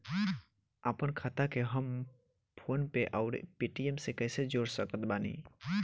आपनखाता के हम फोनपे आउर पेटीएम से कैसे जोड़ सकत बानी?